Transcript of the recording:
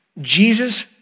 Jesus